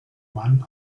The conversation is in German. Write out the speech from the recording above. mann